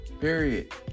period